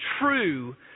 true